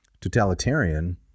totalitarian